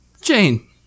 Jane